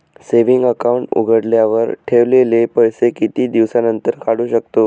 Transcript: Saving account उघडल्यावर ठेवलेले पैसे किती दिवसानंतर काढू शकतो?